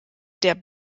der